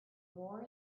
war